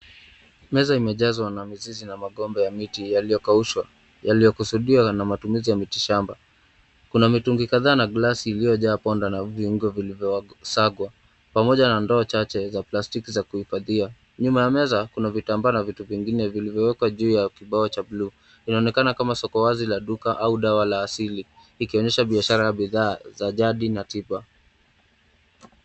Meza imejazwa na mizizi na magombe ya miti yaliyokaushwa yaliyokusudiwa na matumizi ya miti shamba. Kuna mitungi kadhaa na glasi iliyojaa ponda na viungo vilivyosagwa pamoja na ndoo chache za plastiki za kuhifadhia. Nyuma ya meza kuna vitambaa na vitu vingine vilivyowekwa juu ya kibao cha blue . Inaonekana kama soko wazi la duka au dawa la asili ikionyesha biashara ya bidhaa za jadi na tiba.